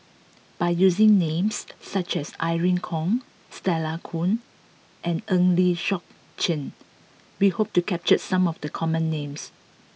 by using names such as Irene Khong Stella Kon and Eng Lee Seok Chee we hope to capture some of the common names